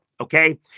okay